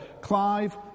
Clive